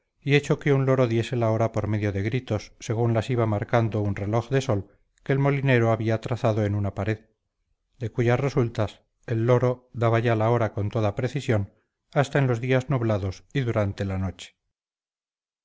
y hecho que un loro diese la hora por medio de gritos según las iba marcando un reloj de sol que el molinero había trazado en una pared de cuyas resultas el loro daba ya la hora con toda precisión hasta en los días nublados y durante la noche